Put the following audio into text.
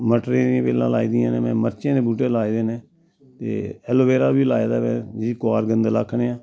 मटरें दियां बेल्लां लाई दियां न में मर्चें दे बूह्टे लाए दे न ते ऐलोबेरा बी लाए दा में जिसी कोआरकंदल आखने आं